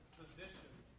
position,